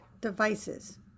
devices